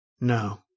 No